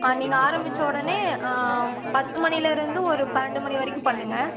ஆ நீங்கள் ஆரம்மிச்ச உடனே பத்து மணிலேருந்து ஒரு பன்னெண்டு மணி வரைக்கும் பண்ணுங்கள்